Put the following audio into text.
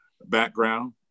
background